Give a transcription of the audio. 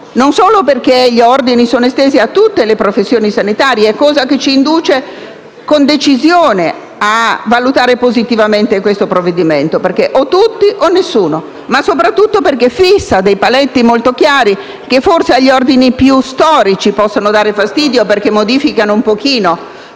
non solo perché gli ordini sono estesi a tutte le professioni sanitarie - cosa che ci induce con decisione a valutare positivamente il provvedimento in esame, perché "o tutti, o nessuno" - ma soprattutto perché fissa dei paletti molto chiari, che forse agli ordini più storici possono dare fastidio, perché modificano un pochino